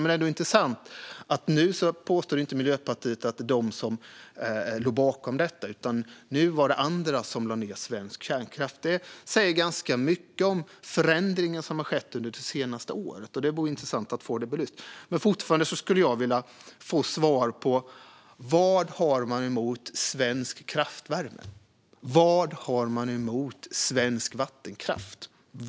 Det är intressant att Miljöpartiet nu påstår att det inte var de som låg bakom detta utan att det var andra som lade ned svensk kärnkraft. Det säger ganska mycket om den förändring som har skett under det senaste året; det vore intressant att få detta belyst. Jag skulle fortfarande vilja få svar på vad man har emot svensk kraftvärme. Vad har man emot svensk vattenkraft?